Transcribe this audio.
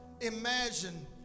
Imagine